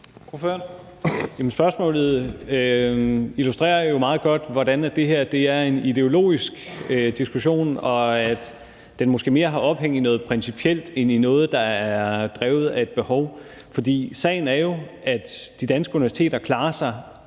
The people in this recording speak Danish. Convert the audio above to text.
Spørgsmålet illustrerer jo meget godt, hvordan det her er en ideologisk diskussion, og at den måske mere har ophæng i noget principielt end i noget, der er drevet af et behov. For sagen er jo, at de danske universiteter klarer sig